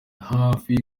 hafi